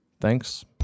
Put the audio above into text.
thanks